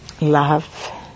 love